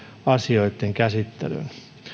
asioitten käsittelyyn